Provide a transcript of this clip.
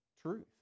truth